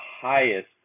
highest